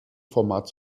format